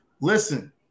Listen